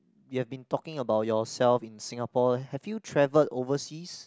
you have been talking about yourself in Singapore have you travelled overseas